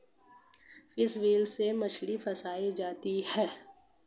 fish wheel से मछली फँसायी जाती है